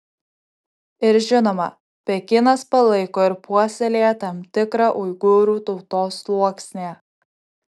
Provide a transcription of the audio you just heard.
ir žinoma pekinas palaiko ir puoselėja tam tikrą uigūrų tautos sluoksnį